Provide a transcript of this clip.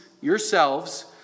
yourselves